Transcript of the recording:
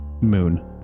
moon